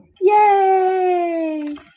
Yay